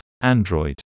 android